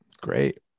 Great